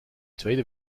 tweede